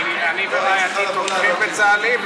כי אני ורעייתי תומכים בצהלי,